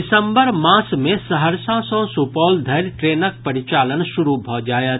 दिसम्बर मास मे सहरसा सॅ सुपौल धरि ट्रेनक परिचालन शुरू भऽ जायत